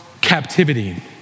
captivity